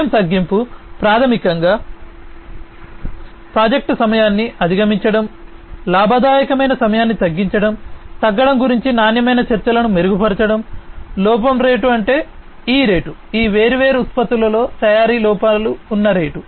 సమయం తగ్గింపు ప్రాథమికంగా ప్రాజెక్ట్ సమయాన్ని అధిగమించడం లాభదాయకమైన సమయాన్ని తగ్గించడం తగ్గడం గురించి నాణ్యమైన చర్చలను మెరుగుపరచడం లోపం రేటు అంటే ఈ రేటు ఈ వేర్వేరు ఉత్పత్తులలో తయారీ లోపాలు ఉన్న రేటు